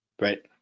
right